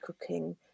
cooking